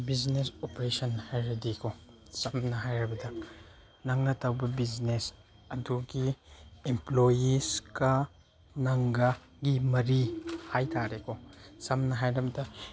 business operation ꯍꯥꯏꯔꯗꯤꯀꯣ ꯆꯝꯅ ꯍꯥꯏꯔꯕꯗ ꯅꯪꯅ ꯇꯧꯕ ꯕꯤꯖꯤꯅꯦꯁ ꯑꯗꯨꯒꯤ ꯏꯝꯄ꯭ꯂꯣꯌꯤꯁꯀ ꯅꯪꯒꯒꯤ ꯃꯔꯤ ꯍꯥꯏꯇꯥꯔꯦꯀꯣ ꯁꯝꯅ ꯍꯥꯏꯔꯕꯗ